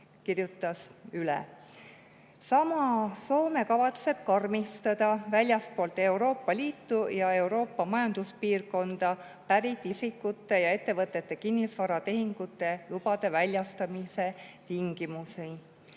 kirjutas Yle. Soome kavatseb karmistada väljastpoolt Euroopa Liitu ja Euroopa Majanduspiirkonda pärit isikute ja ettevõtete kinnisvaratehingute lubade väljastamise tingimusi.